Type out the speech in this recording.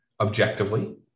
objectively